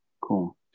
cool